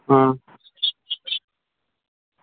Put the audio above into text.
हां